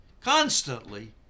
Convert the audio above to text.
constantly